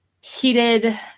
heated